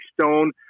Stone